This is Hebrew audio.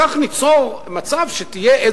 כך ניצור מצב שתהיה,